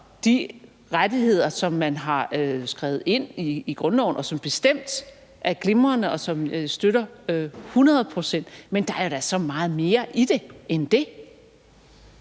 de rettigheder, som man har skrevet ind i grundloven, og som bestemt er glimrende, og som jeg støtter hundrede procent. Men der er jo da så meget mere i det end det.